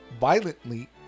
Violently